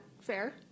fair